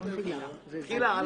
התקבלה.